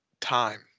time